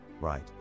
right